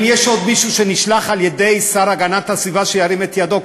אם יש עוד מישהו שנשלח על-ידי השר להגנת הסביבה שירים את ידו,